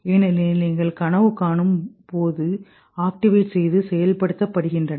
ஏனெனில் நீங்கள் கனவு காணும் போது ஆக்டிவேட் செய்து செயல்படுத்தப்படுகிறது